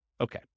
Okay